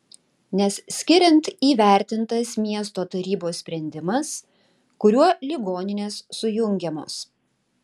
nes skiriant įvertintas miesto tarybos sprendimas kuriuo ligoninės sujungiamos